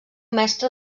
mestre